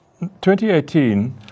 2018